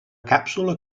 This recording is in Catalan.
càpsula